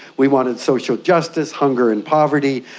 we wanted social justice, hunger and poverty,